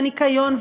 והניקיון,